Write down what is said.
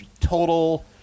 total